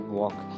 walk